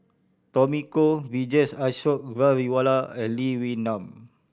Tommy Koh Vijesh Ashok Ghariwala and Lee Wee Nam